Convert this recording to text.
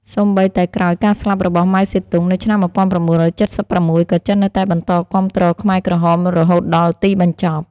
សូម្បីតែក្រោយការស្លាប់របស់ ម៉ៅ សេទុង នៅឆ្នាំ១៩៧៦ ក៏ចិននៅតែបន្តគាំទ្រខ្មែរក្រហមរហូតដល់ទីបញ្ចប់។